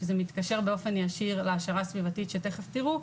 שזה מתקשר באופן ישיר להעשרה סביבתית שתיכף תראו,